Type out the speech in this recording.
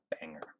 banger